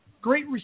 Great